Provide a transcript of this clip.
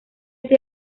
ese